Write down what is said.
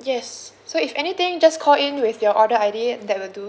yes so if anything just call in with your order I_D that will do